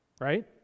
right